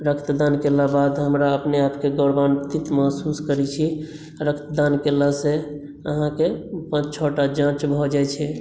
रक्तदान केलाक बाद हमरा बहुत अपना आपके गौरवन्वित महसूस करै छी रक्तदान केलासँ अहाँके पाँच छओ टा जांच भऽ जाइ छै